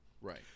Right